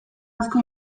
asko